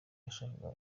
yashakaga